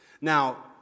Now